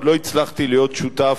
עוד לא הצלחתי להיות שותף